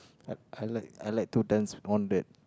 I I like I like to dance on that